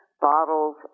bottles